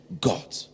god